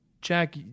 Jack